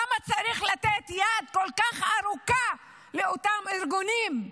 למה צריך לתת יד כל כך ארוכה לאותם ארגונים,